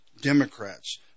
Democrats